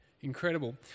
Incredible